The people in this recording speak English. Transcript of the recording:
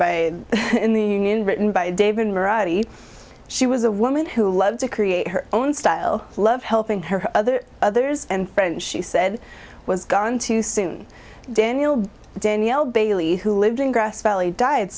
by in the union written by david variety she was a woman who loved to create her own style love helping her other others and friend she said was gone too soon daniel danielle bailey who lived in grass valley died